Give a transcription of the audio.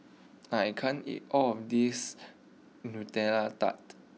I can't eat all of this Nutella Tart